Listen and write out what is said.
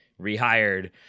rehired